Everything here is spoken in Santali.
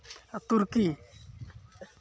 ᱛᱩᱨᱠᱤ